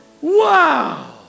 Wow